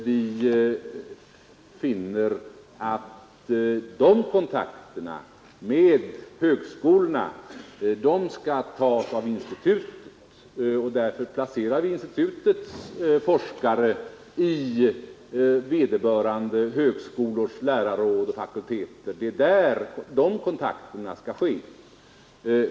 Vi finner att de kontakterna med högskolorna skall tas av institutet, och därför placerar vi institutets forskare i vederbörande högskolors lärarråd och fakulteter; det är där kontakterna skall ske.